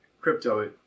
Crypto